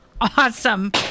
Awesome